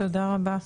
תודה רבה.